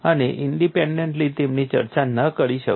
તમે ઇન્ડેપેન્ડેન્ટલી તેમની ચર્ચા ન કરી શકો